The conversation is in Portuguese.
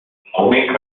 homem